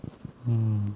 mm